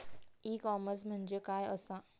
E commerce म्हणजे काय असा?